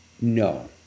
No